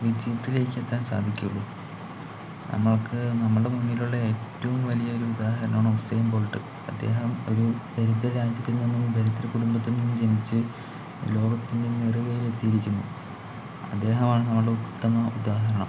വിജയത്തിലേക്ക് എത്താൻ സാധിക്കുകയുള്ളൂ നമ്മൾക്ക് നമ്മുടെ മുന്നിലുള്ള ഏറ്റവും വലിയ ഒരു ഉദാഹരണമാണ് ഉസൈൻ ബോൾട്ട് അദ്ദേഹം ഒരു ദരിദ്ര രാജ്യത്തിൽ നിന്നും ദരിദ്ര കുടുംബത്തിൽ നിന്നും ജനിച്ച് ലോകത്തിൻ്റെ നെറുകയിൽ എത്തിയിരിക്കുന്നു അദ്ദേഹമാണ് നമ്മുടെ ഉത്തമ ഉദാഹരണം